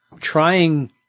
trying